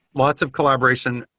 lots of collaboration.